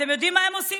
אתם יודעים מה הם עושים?